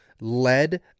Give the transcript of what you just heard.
led